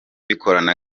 bikorana